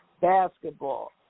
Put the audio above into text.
basketball